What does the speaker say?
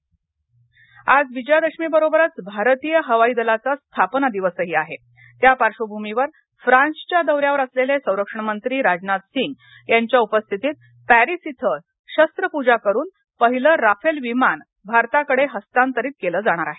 राजनाथसिंग आज विजया दशमीबरोबरच भारतीय हवाई दलाचा स्थापना दिवसही आहे त्या पार्श्वभूमीवर फ्रान्सच्या दौ यावर असलेले संरक्षण मंत्री राजनाथ सिंग यांच्या उपस्थितीत पॅरीस इथं शस्त्रपूजा करून पहिलं राफेल विमान भारताकडे हस्तांतरित केल जाणार आहे